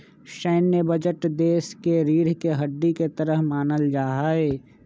सैन्य बजट देश के रीढ़ के हड्डी के तरह मानल जा हई